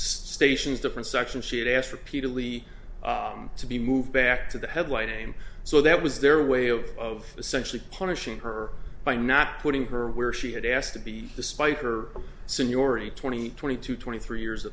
stations different sections she had asked repeatedly to be moved back to the headlight aim so that was their way of essentially punishing her by not putting her where she had asked to be despite her seniority twenty twenty two twenty three years